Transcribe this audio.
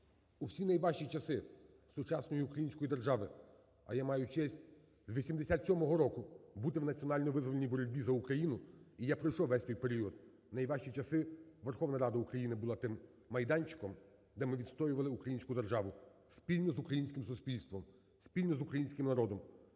у всі найважчі часи сучасної української держави, а маю честь з 1987 року бути в національно-визвольній боротьбі за Україну і я пройшов весь той період, в найважчі часи Верховна Рада України була тим майданчиком, де ми відстоювали українську державу спільно з українським суспільством, спільно з українським народом.